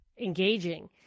engaging